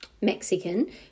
Mexican